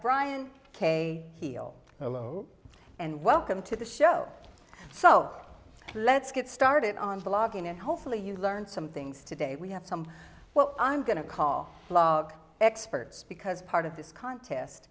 brian k he'll oh and welcome to the show so let's get started on blogging and hopefully you learned some things today we have some well i'm going to call blog experts because part of this contest